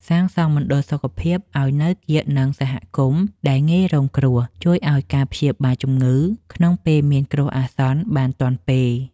សាងសង់មណ្ឌលសុខភាពឱ្យនៅកៀកនឹងសហគមន៍ដែលងាយរងគ្រោះជួយឱ្យការព្យាបាលជំងឺក្នុងពេលមានគ្រោះអាសន្នបានទាន់ពេល។